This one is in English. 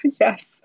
Yes